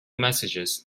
messages